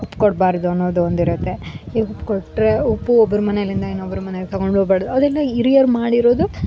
ಉಪ್ಪು ಕೊಡಬಾರ್ದು ಅನ್ನೋದು ಒಂದಿರುತ್ತೆ ಈಗ ಕೊಟ್ಟರೆ ಉಪ್ಪು ಒಬ್ಬರು ಮನೆಯಿಂದ ಇನ್ನೊಬ್ರ ಮನೆಗೆ ತೊಗೊಂಡೋಗ್ಬಾರ್ದು ಅದೆಲ್ಲ ಹಿರಿಯರು ಮಾಡಿರೋದು